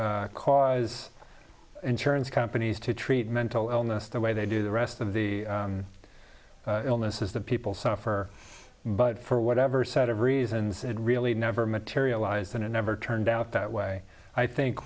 to cause insurance companies to treat mental illness the way they do the rest of the illnesses that people suffer but for whatever set of reasons it really never materialized and it never turned out that way i think